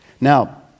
Now